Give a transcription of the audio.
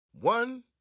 One